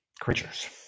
creatures